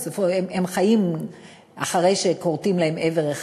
הם חיים אחרי שכורתים להם איבר אחד,